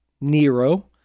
Nero